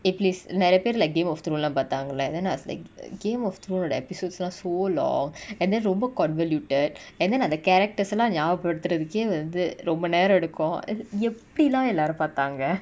eh please நெரயப்பேர்:nerayaper like game of thrones lah பாத்தாங்கலா இருந்தா நா:paathangala iruntha na is like the game of thrones the episode lah so long and then ரொம்ப:romba convoluted and then அந்த:antha characters lah நியாபகபடுதுரதுகே வந்து ரொம்ப நேரோ எடுக்கு அது எப்டி:niyapakapaduthurathuke vanthu romba nero eduku athu epdi lah எல்லாரு பாத்தாங்க:ellaru paathanga